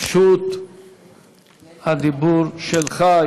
רשות הדיבור שלך.